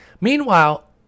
Meanwhile